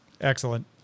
Excellent